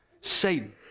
Satan